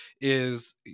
is-